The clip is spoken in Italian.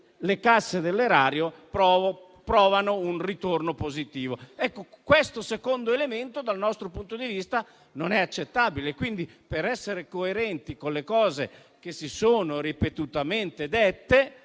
le casse dell'Erario hanno un ritorno positivo. Questo secondo elemento, dal nostro punto di vista, non è accettabile. Quindi, per essere coerenti con le cose che si sono ripetutamente dette,